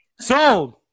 Sold